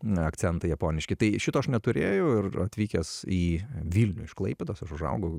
na akcentai ja oniški tai šito aš neturėjau ir atvykęs į vilnių iš klaipėdos aš užaugau